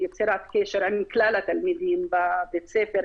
יצירת קשר עם כלל התלמידים בבית-הספר,